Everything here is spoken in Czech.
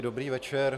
Dobrý večer.